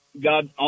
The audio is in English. God